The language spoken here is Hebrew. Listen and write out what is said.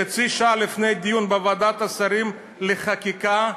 חצי שעה לפני הדיון בוועדת השרים לענייני חקיקה,